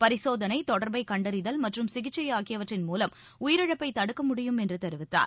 பரிசோதனை தொடர்பை கண்டறிதல் மற்றும் சிகிச்சை ஆகியவற்றின் மூலம் உயிரிழப்பை தடுக்க முடியும் என்று தெரிவித்தார்